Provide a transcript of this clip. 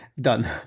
done